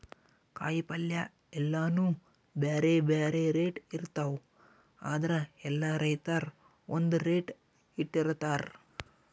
ಕಾಯಿಪಲ್ಯ ಎಲ್ಲಾನೂ ಬ್ಯಾರೆ ಬ್ಯಾರೆ ರೇಟ್ ಇರ್ತವ್ ಆದ್ರ ಎಲ್ಲಾ ರೈತರ್ ಒಂದ್ ರೇಟ್ ಇಟ್ಟಿರತಾರ್